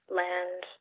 land